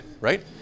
right